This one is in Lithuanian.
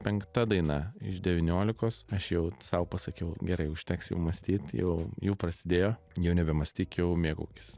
penkta daina iš devyniolikos aš jau sau pasakiau gerai užteks jau mąstyt jau jau prasidėjo jau nebemąstyk jau mėgaukis